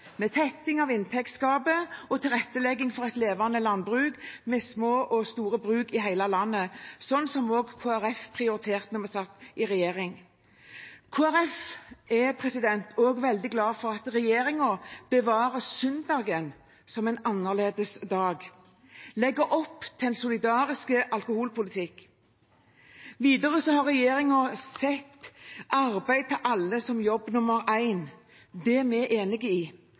med tetting av inntektsgapet og tilrettelegging for et levende landbruk med små og store bruk i hele landet, slik også Kristelig Folkeparti prioriterte da vi satt i regjering. Kristelig Folkeparti er også veldig glad for at regjeringen bevarer søndag som en annerledes dag og legger opp til en solidarisk alkoholpolitikk. Videre har regjeringen satt arbeid til alle som jobb nummer én. Det er vi enig i, og sammen med Stortinget og partene i